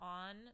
on